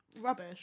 rubbish